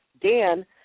Dan